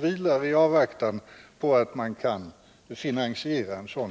vilar i avvaktan på att man kan finansiera det hela.